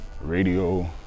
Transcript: radio